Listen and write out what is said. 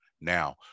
Now